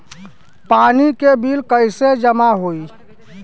पानी के बिल कैसे जमा होयी?